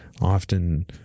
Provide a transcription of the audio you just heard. often